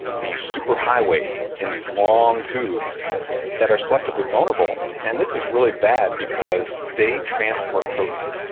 the superhighways in these long tubes that are selectively vulnerable. and this is really bad because they transport protein,